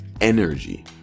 energy